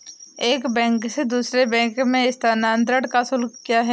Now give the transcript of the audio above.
एक बैंक से दूसरे बैंक में स्थानांतरण का शुल्क क्या है?